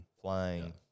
Flying